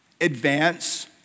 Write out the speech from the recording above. advance